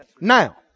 Now